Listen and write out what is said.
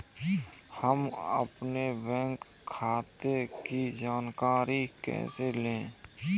हम अपने बैंक खाते की जानकारी कैसे लें?